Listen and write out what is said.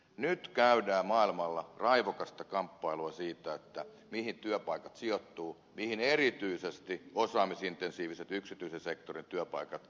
nyt käydään maailmalla raivokasta kamppailua siitä mihin työpaikat sijoittuvat mihin erityisesti osaamisintensiiviset yksityisen sektorin työpaikat sijoittuvat